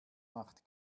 macht